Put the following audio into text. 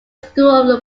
school